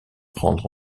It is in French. prendre